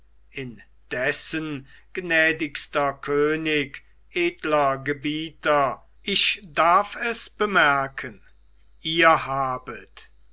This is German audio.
indessen gnädigster könig edler gebieter ich darf es bemerken ihr habet